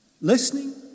listening